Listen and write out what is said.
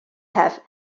have